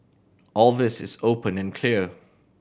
all this is open and clear